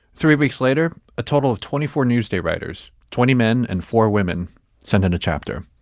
three weeks later, a total of twenty four newsday writers, twenty men and four women send and a chapter.